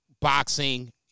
boxing